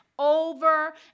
over